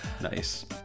Nice